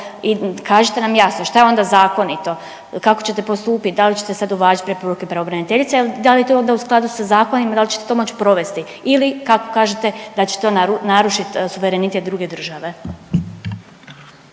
i kažite nam jasno šta je onda zakonito, kako ćete postupit, dal ćete sad uvažit preporuke pravobraniteljice i dal je to onda u skladu sa zakonima i dal ćete to moć provesti ili kako kažete da će to narušit suverenitet druge države?